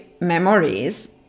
memories